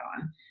on